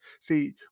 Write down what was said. See